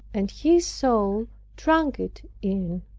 and his soul drank it in,